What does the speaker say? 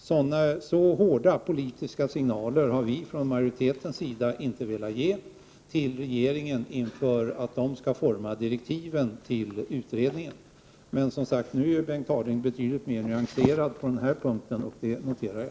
Så hårda politiska signaler har vi från majoritetens sida inte velat ge regeringen inför dess uppgift att forma direktiven till utredningen. Men nu är Bengt Harding Olson betydligt mer nyanserad på den här punkten och det noterar jag.